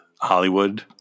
Hollywood